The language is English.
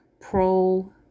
Pro